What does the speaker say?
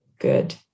Good